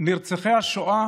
נרצחי השואה